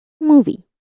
Movie